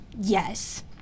Yes